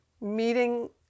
meeting